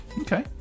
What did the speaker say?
Okay